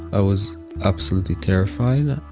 i was absolutely terrified.